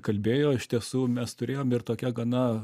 kalbėjo iš tiesų mes turėjom ir tokią gana